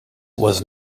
was